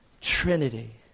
Trinity